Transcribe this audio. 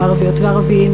ערביות וערבים,